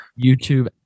YouTube